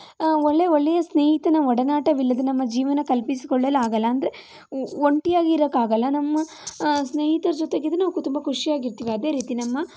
ಒಳ್ಳೆ ಒಳ್ಳೆಯ ಸ್ನೇಹಿತನ ನಮ್ಮ ಒಡನಾಟವಿಲ್ಲದೆ ನಮ್ಮ ಜೀವನ ಕಲ್ಪಿಸಿ ಕೊಳ್ಳಲಾಗೋಲ್ಲ ಅಂದರೆ ಒಂಟಿ ಆಗಿರೋಕ್ಕಾಗೋಲ್ಲ ನಮ್ಮ ಸ್ನೇಹಿತರ ಜೊತೆಗಿದ್ದರೆ ನಾವು ತುಂಬ ಖುಷಿ ಆಗಿರ್ತಿವಿ